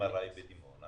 MRI בדימונה